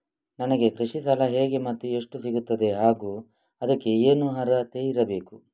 ನನಗೆ ಕೃಷಿ ಸಾಲ ಹೇಗೆ ಮತ್ತು ಎಷ್ಟು ಸಿಗುತ್ತದೆ ಹಾಗೂ ಅದಕ್ಕೆ ಏನು ಅರ್ಹತೆ ಇರಬೇಕು?